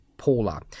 Paula